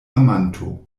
amanto